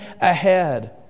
ahead